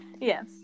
yes